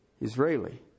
Israeli